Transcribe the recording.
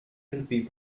twenty